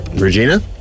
Regina